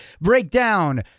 Breakdown